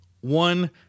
One